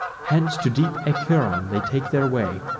hence to deep acheron they take their way,